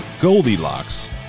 goldilocks